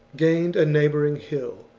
gained a neigh bouring hill.